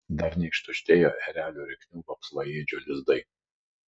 dar neištuštėjo erelių rėksnių vapsvaėdžių lizdai